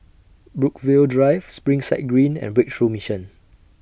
Brookvale Drive Springside Green and Breakthrough Mission